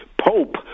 pope